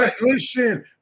Listen